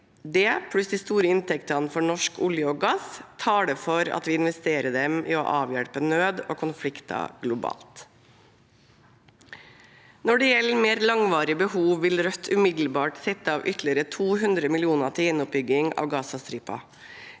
Det, pluss de store inntektene fra norsk olje og gass, taler for at vi investerer dem i å avhjelpe nød og konflikter globalt. Når det gjelder mer langvarige behov, vil Rødt umiddelbart sette av ytterligere 200 mill. kr til gjenoppbygging av Gazastripen